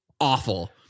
awful